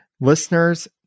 listeners